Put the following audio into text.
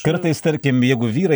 kartais tarkim jeigu vyrai